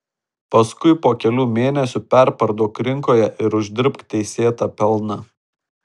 paskui po kelių mėnesių perparduok rinkoje ir uždirbk teisėtą pelną